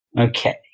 Okay